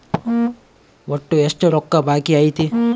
ಒಟ್ಟು ಎಷ್ಟು ರೊಕ್ಕ ಬಾಕಿ ಐತಿ?